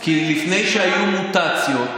כי לפני שהיו מוטציות,